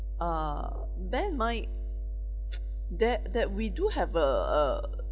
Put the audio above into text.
uh bear in mind that that we do have a uh